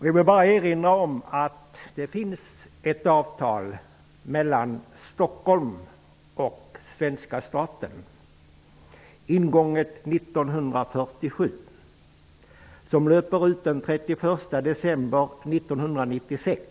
Jag vill bara erinra om att det finns ett avtal mellan Stockholm och svenska staten, ingånget 1947, som löper ut den 31 december 1996.